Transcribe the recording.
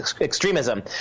extremism